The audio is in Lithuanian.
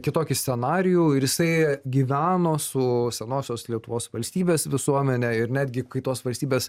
kitokį scenarijų ir jisai gyveno su senosios lietuvos valstybės visuomene ir netgi kai tos valstybės